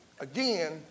Again